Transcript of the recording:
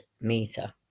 meter